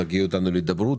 תגיעו איתנו להידברות,